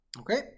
Okay